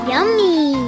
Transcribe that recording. Yummy